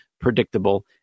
predictable